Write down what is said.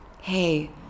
hey